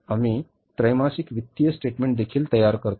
आम्ही त्रैमासिक वित्तीय स्टेटमेन्ट देखील तयार करतो